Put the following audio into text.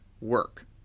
work